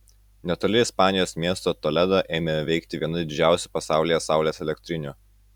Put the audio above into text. netoli ispanijos miesto toledo ėmė veikti viena didžiausių pasaulyje saulės elektrinių